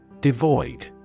Devoid